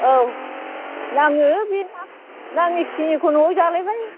औ नाङो बे नाङैखिनिखौ न'आव जालायबाय